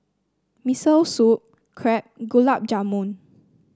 Miso Soup Crepe Gulab Jamun